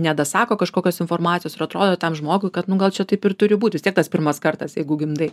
nedasako kažkokios informacijos ir atrodo tam žmogui kad nu gal čia taip ir turi būt vis tiek tas pirmas kartas jeigu gimdai